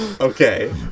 Okay